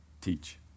teach